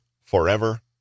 Forever